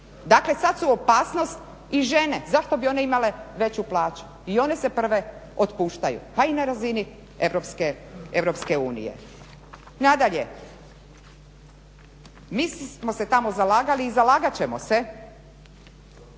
Dakle, sad su opasnost i žene. Zašto bi one imale veću plaću? I one se prve otpuštaju pa i na razini Europske unije. Nadalje, mi smo se tamo zalagali i zalagat ćemo se